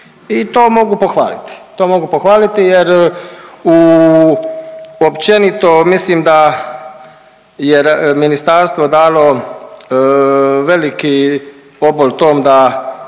to mogu pohvaliti jer u općenito mislim da je ministarstvo dalo veliki obol tom da